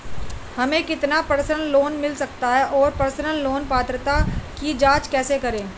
हमें कितना personal loan मिल सकता है और पर्सनल लोन पात्रता की जांच कैसे करें?